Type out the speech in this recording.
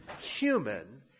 human